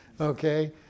okay